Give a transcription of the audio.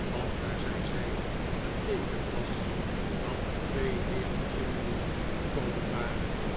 wat naar zij zei een teeken was dat de twee heeren cheeryble gekomen waren